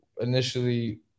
initially